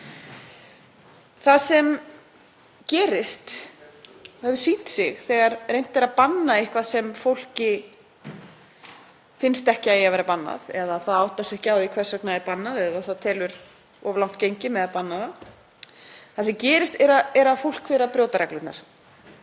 Það sem gerist, og hefur sýnt sig þegar reynt er að banna eitthvað sem fólki finnst ekki að eigi að vera bannað eða það áttar sig ekki á því hvers vegna það er bannað eða það telur of langt gengið að banna það, er að fólk fer að brjóta reglurnar.